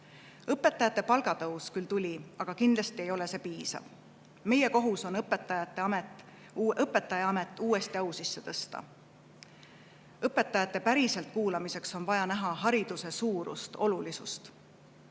eelarvest. Õpetajate palga tõus küll tuli, aga kindlasti ei ole see piisav. Meie kohus on õpetajaamet uuesti au sisse tõsta. Õpetajate päriselt kuulamiseks on vaja näha hariduse olulisust,